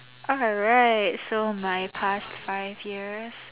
alright so my past five years